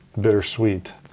Bittersweet